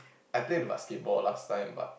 I play the basketball last time but